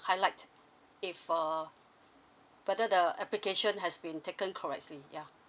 highlight if uh whether the application has been taken correctly ya